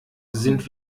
sind